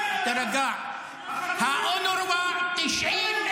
ב-7 באוקטובר --- חבר הכנסת פורר, קריאה